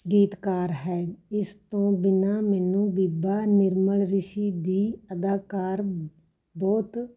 ਗੀਤਕਾਰ ਹੈ ਇਸ ਤੋਂ ਬਿਨਾਂ ਮੈਨੂੰ ਬੀਬਾ ਨਿਰਮਲ ਰਿਸ਼ੀ ਦੀ ਅਦਾਕਾਰ ਬਹੁਤ